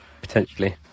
potentially